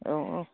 औ औ